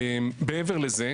מעבר לזה,